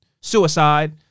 suicide